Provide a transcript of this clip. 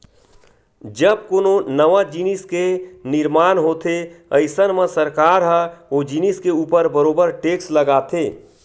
जब कोनो नवा जिनिस के निरमान होथे अइसन म सरकार ह ओ जिनिस के ऊपर बरोबर टेक्स लगाथे